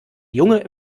junge